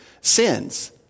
sins